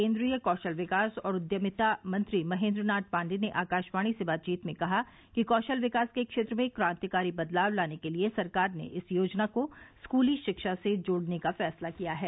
केन्द्रीय कौशल विकास और उद्यमिता मंत्री महेन्द्र नाथ पाण्डे ने आकाशवाणी से बातचीत में कहा कि कौशल विकास के क्षेत्र में क्रांतिकारी बदलाव लाने के लिए सरकार ने इस योजना को स्कूली शिक्षा से जोड़ने का फैसला किया है